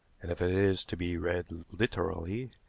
and if it is to be read literally,